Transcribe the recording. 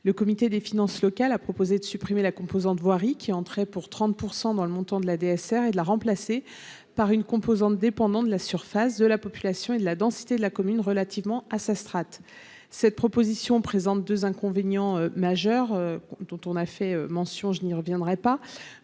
le comité des finances locales a proposé de supprimer la composante voirie qui entrait pour 30 % dans le montant de la DSR et de la remplacer par une composante dépendant de la surface de la population et de la densité de la commune, relativement à sa strate cette proposition présente 2 inconvénients majeurs dont on a fait mention, je n'y reviendrai pas